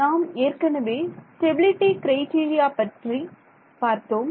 நாம் ஏற்கனவே stability criteria பற்றி பார்த்தோம்